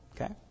Okay